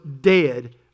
dead